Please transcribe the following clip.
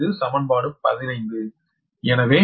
இது சமன்பாடு 15 எனவே